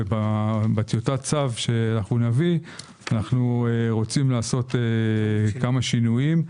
ובטיוטת צו שנביא אנו רוצים לעשות כמה שינויים,